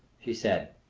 she said.